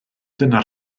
dyna